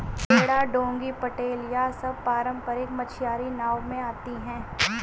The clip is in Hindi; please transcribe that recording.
बेड़ा डोंगी पटेल यह सब पारम्परिक मछियारी नाव में आती हैं